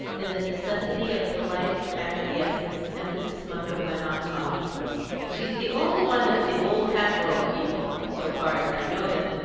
in the necessity of polite acquiescence, and mrs. munger went on talking she's the only one of the old hatboro' people, so far as i know them,